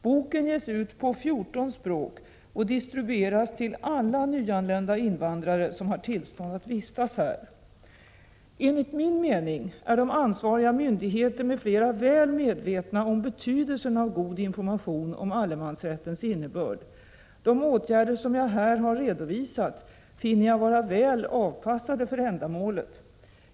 Boken ges ut på 14 språk och distribueras till alla nyanlända invandrare som har tillstånd att vistas här. Enligt min mening är ansvariga myndigheter m.fl. väl medvetna om betydelsen av god information om allemansrättens innebörd. De åtgärder som jag här har redovisat finner jag vara väl avpassade för ändamålet.